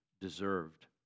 deserved